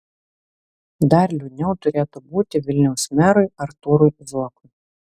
dar liūdniau turėtų būti vilniaus merui artūrui zuokui